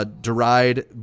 Deride